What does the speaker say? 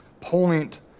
point